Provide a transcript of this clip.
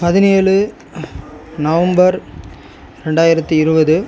பதினேழு நவம்பர் ரெண்டாயிரத்து இருபது